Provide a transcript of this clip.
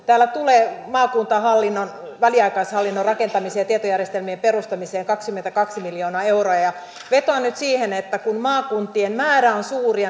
täällä tulee maakuntahallinnon väliaikaishallinnon rakentamiseen ja tietojärjestelmien perustamiseen kaksikymmentäkaksi miljoonaa euroa vetoan nyt siihen että kun maakuntien määrä on suuri